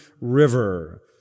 River